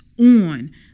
on